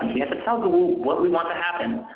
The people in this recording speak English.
you have to tell google what we want to happen,